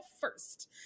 first